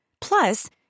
Plus